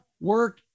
work